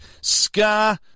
scar